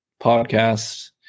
podcasts